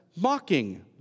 mocking